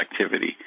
activity